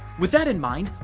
with that in mind,